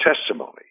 testimony